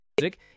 music